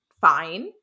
fine